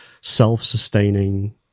self-sustaining